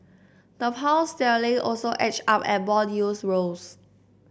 the Pound sterling also edged up and bond yields rose